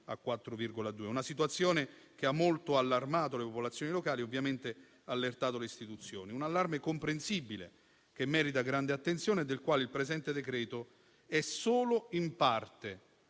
a 4,2. Una situazione che ha molto allarmato le popolazioni locali e ovviamente ha allertato le istituzioni. Un allarme comprensibile che merita grande attenzione, del quale il presente decreto è solo in parte